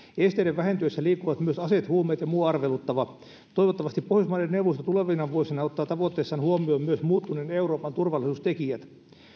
esteiden vähentyessä liikkuvat myös aseet huumeet ja muu arveluttava toivottavasti pohjoismaiden neuvosto tulevina vuosina ottaa tavoitteissaan huomioon myös muuttuneen euroopan turvallisuustekijät